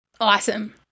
Awesome